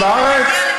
שיר הלל שאתה